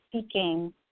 seeking